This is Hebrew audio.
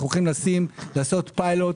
הלכים לעשות פילוט,